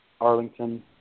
Arlington